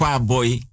boy